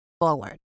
forward